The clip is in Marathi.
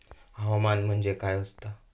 हवामान म्हणजे काय असता?